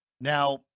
Now